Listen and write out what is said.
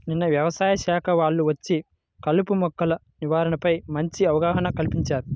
నిన్న యవసాయ శాఖ వాళ్ళు వచ్చి కలుపు మొక్కల నివారణపై మంచి అవగాహన కల్పించారు